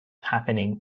happening